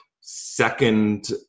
second